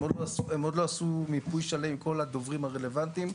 הם עוד לא עשו מיפוי שלם עם כל הדוברים הרלוונטיים.